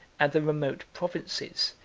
and the remote provinces,